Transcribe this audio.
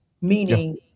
meaning